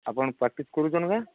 ଆପଣ ପ୍ରାକ୍ଟିସ୍ କରୁଛନ୍ତି ନା